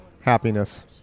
happiness